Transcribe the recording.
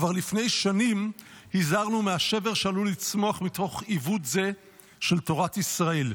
כבר לפני שנים הזהרנו מהשבר שעלול לצמוח מתוך עיוות זה של תורת ישראל.